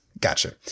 Gotcha